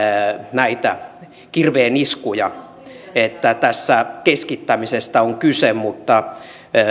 näitä kirveeniskuja että tässä keskittämisestä on kyse